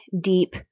deep